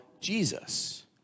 Jesus